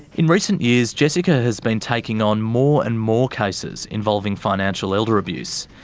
in recent years, jessica has been taking on more and more cases involving financial elder abuse.